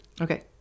Okay